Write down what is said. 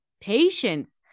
patience